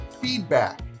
feedback